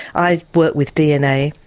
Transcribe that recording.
i've worked with dna,